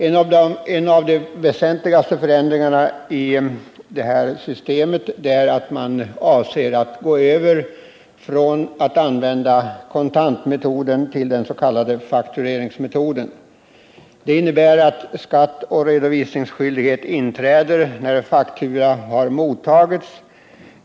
En av de väsentligaste förändringarna är förslaget om övergång från kontantmetoden till den s.k. faktureringsmetoden. Det innebär att skattoch redovisningsskyldighet inträder när faktura har mottagits.